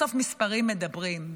בסוף מספרים מדברים,